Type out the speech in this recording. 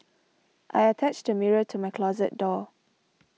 I attached a mirror to my closet door